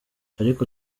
ariko